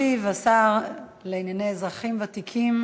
ישיב השר לענייני אזרחים ותיקים